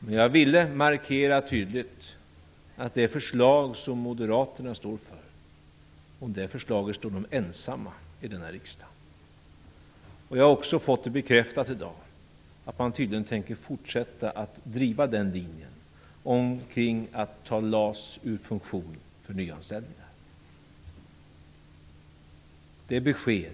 Men jag ville tydligt markera att Moderaterna står ensamma i denna riksdag om det förslag de står för. Jag har också fått bekräftat i dag att de tydligen tänker fortsätta att driva linjen att ta LAS ur funktion för nyanställningar. Detta är besked.